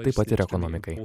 taip pat ir ekonomikai